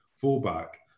fullback